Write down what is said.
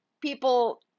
people